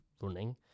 running